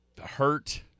hurt